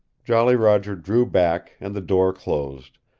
jolly roger drew back and the door closed,